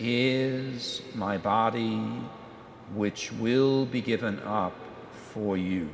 is my body which will be given for you